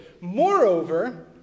Moreover